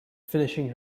finishing